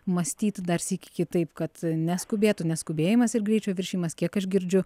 mąstyt dar sykį kitaip kad neskubėtų nes skubėjimas ir greičio viršijimas kiek aš girdžiu